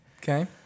Okay